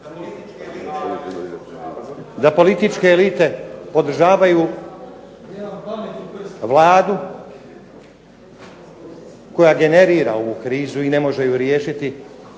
da političke elite podržavaju Vladu, koja generira ovu krizu i ne može ju riješiti,